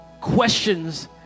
questions